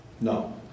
No